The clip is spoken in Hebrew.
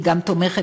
היא גם תומכת,